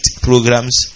programs